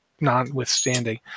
notwithstanding